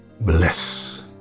Bless